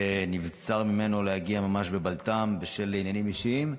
שנבצר ממנו להגיע ממש בבלת"ם בשל עניינים אישיים,